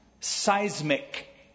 Seismic